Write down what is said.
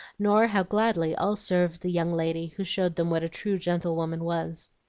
nor how gladly all served the young lady who showed them what a true gentlewoman was.